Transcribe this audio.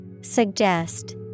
Suggest